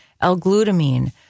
L-glutamine